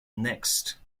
next